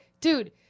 dude